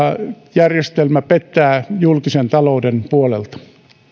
järjestelmä pettää julkisen talouden puolelta